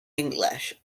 english